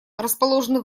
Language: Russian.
расположенных